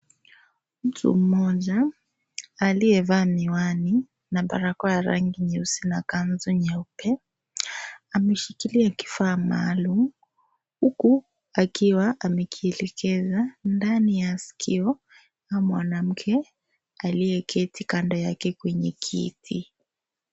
Mtu mmoja aliyevaa miwani na barakoa ya rangi nyeusi na kanzu nyeupe ameshikilia kifaa maalum huku akiwa amekielekeza ndani ya sikio la mwanamke aliyeketi kando yake kwenye kiti.